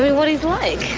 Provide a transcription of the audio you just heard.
what he's like.